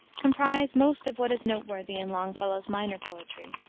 comprise most of what is noteworthy in longfellow's minor poetry.